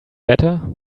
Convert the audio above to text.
better